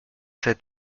sept